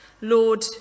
Lord